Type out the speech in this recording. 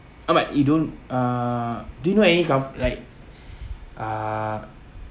ahmad you don't uh do you any com~ like uh